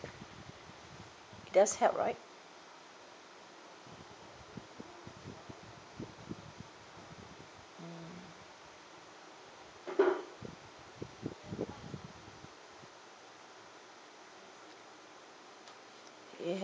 it does help right